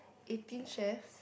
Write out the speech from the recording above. Eighteen Chef